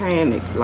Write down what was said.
Panic